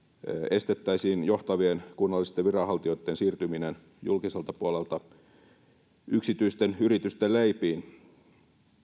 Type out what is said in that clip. estettäisiin johtavien kunnallisten viranhaltijoitten siirtyminen julkiselta puolelta yksityisten yritysten leipiin